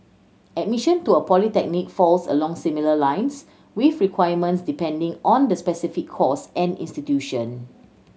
admission to a polytechnic falls along similar lines with requirements depending on the specific course and institution